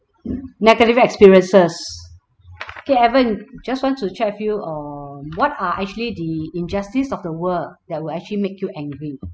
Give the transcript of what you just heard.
negative experiences kay evan just want to check you err what are actually the injustice of the world that will actually make you angry